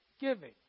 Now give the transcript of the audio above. giving